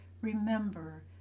remember